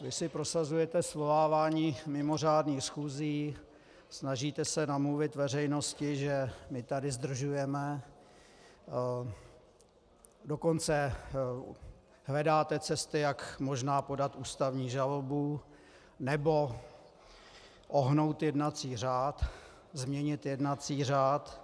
Vy si prosazujete svolávání mimořádných schůzí, snažíte se namluvit veřejnosti, že my tady zdržujeme, dokonce hledáte cesty, jak možná podat ústavní žalobu nebo ohnout jednací řád, změnit jednací řád.